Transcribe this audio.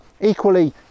Equally